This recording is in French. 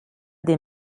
des